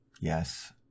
yes